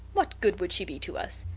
what good would she be to us?